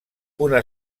una